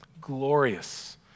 Glorious